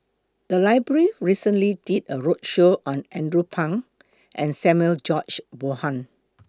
The Library recently did A roadshow on Andrew Phang and Samuel George Bonham